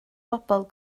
bobl